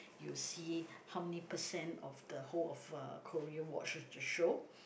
you'll see how many percent of the whole of uh Korea watches the show